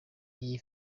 iyi